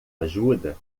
ajuda